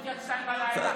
שעובדת קשה.